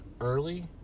early